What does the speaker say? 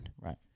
Right